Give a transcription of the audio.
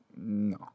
No